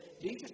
Jesus